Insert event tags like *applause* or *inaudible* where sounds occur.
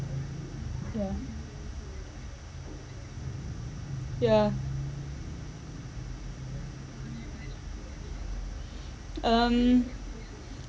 ya ya *noise* um